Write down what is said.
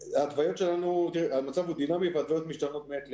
תראה, המצב הוא דינמי וההתוויות משתנות מעת לעת.